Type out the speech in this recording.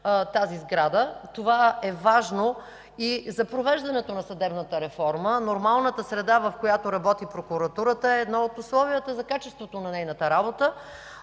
на сградата. Това е важно и за провеждането на съдебната реформа. Нормалната среда, в която работи прокуратурата, е едно от условията за качеството на нейната работа.